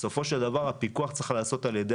בסופו של דבר הפיקוח צריך להיעשות על ידי